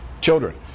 children